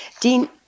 Dean